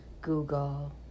Google